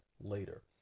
later